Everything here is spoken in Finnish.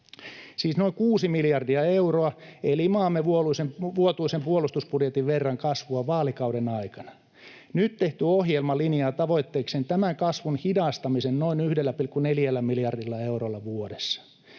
siis noin kuusi miljardia euroa eli maamme vuotuisen puolustusbudjetin verran kasvua vaalikauden aikana. Nyt tehty ohjelma linjaa tavoitteekseen tämän kasvun hidastamisen noin 1,4 miljardilla eurolla vuodessa.